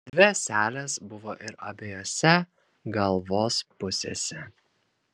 dvi ąselės buvo ir abiejose galvos pusėse